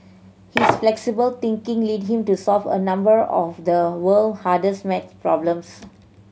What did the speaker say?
his flexible thinking led him to solve a number of the world hardest maths problems